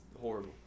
horrible